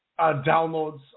downloads